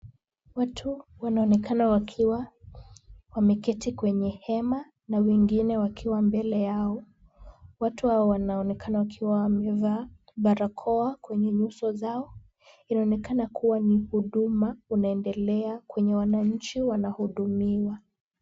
Watu wanaonekana wakiwa wameketi kwenye hema na wengine wakiwa mbele yao. Watu hawa wanaonekana wakiwa wamevaa barakoa kwenye nyuso zao. Inaonekana kuwa ni huduma unaendelea, kwenye wananchi wanahudumiwa.